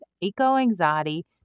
eco-anxiety